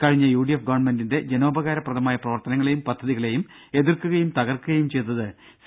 കഴിഞ്ഞ U D ഗവൺമെന്റിന്റെ ജനോപകാരപ്രദമായ എഫ് പ്രവർത്തനങ്ങളെയും പദ്ധതികളെയും എതിർക്കുകയും തകർക്കുകയും ചെയ്തത് സി